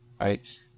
right